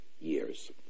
years